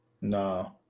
no